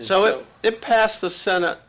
so it to pass the senate